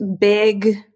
big